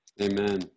Amen